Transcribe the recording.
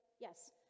Yes